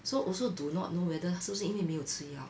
so also do not know whether 是不是因为没有吃药